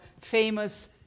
famous